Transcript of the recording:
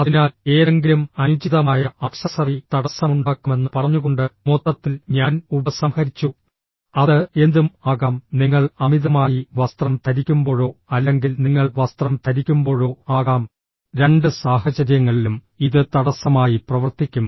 അതിനാൽ ഏതെങ്കിലും അനുചിതമായ ആക്സസറി തടസ്സമുണ്ടാക്കുമെന്ന് പറഞ്ഞുകൊണ്ട് മൊത്തത്തിൽ ഞാൻ ഉപസംഹരിച്ചു അത് എന്തും ആകാം നിങ്ങൾ അമിതമായി വസ്ത്രം ധരിക്കുമ്പോഴോ അല്ലെങ്കിൽ നിങ്ങൾ വസ്ത്രം ധരിക്കുമ്പോഴോ ആകാം രണ്ട് സാഹചര്യങ്ങളിലും ഇത് തടസ്സമായി പ്രവർത്തിക്കും